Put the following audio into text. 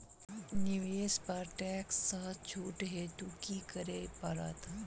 निवेश पर टैक्स सँ छुट हेतु की करै पड़त?